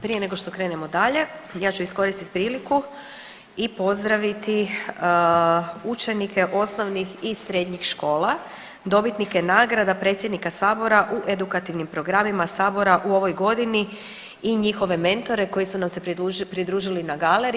Prije nego što krenemo dalje ja ću iskoristiti priliku i pozdravite učenike osnovnih i srednjih škola dobitnike nagrada predsjednika sabora u edukativnim programima sabora u ovoj godini i njihove mentore koji su nam se pridružili na galeriji.